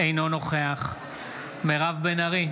אינו נוכח מירב בן ארי,